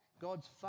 God's